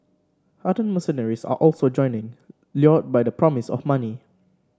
hardened mercenaries are also joining lured by the promise of money